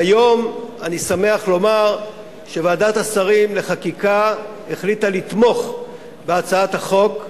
והיום אני שמח לומר שוועדת השרים לחקיקה החליטה לתמוך בהצעת החוק.